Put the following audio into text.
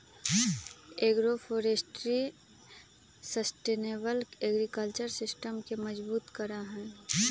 agroforestry sustainable agriculture system के मजबूत करा हई